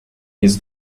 his